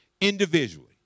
individually